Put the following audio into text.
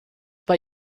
bei